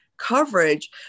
coverage